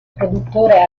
produttore